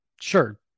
sure